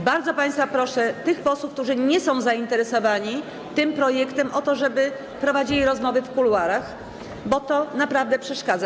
Bardzo proszę tych posłów, którzy nie są zainteresowani tym projektem, o to, żeby prowadzili rozmowy w kuluarach, bo to naprawdę przeszkadza.